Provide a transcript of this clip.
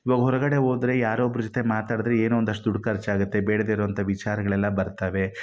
ಇವಾಗ ಹೊರಗಡೆ ಹೋದ್ರೆ ಯಾರೋ ಒಬ್ಬರ ಜೊತೆ ಮಾತಾಡಿದ್ರೆ ಏನೋ ಒಂದಷ್ಟು ದುಡ್ಡು ಕರ್ಚಾಗುತ್ತೆ ಬೇಡದೇ ಇರೋವಂಥ ವಿಚಾರಗಳೆಲ್ಲ ಬರ್ತವೆ